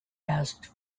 asked